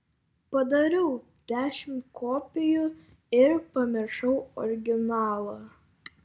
padariau dešimt kopijų ir pamiršau originalą